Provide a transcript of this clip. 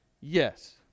Yes